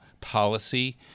policy